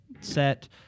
set